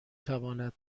تواند